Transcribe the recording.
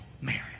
marriage